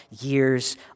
years